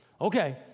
Okay